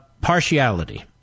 partiality